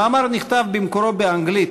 המאמר נכתב במקורו באנגלית,